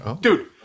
dude